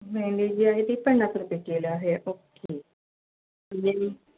भेंडी जी आहे ती पन्नास रुपये किलो आहे ओके